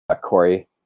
Corey